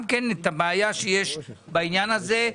את הבעיה שיש בעניין הזה.